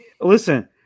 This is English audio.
listen